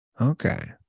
Okay